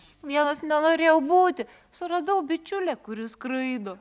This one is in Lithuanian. vienas nenorėjau būti suradau bičiulę kuri skraido